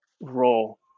role